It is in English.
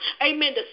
Amen